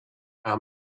our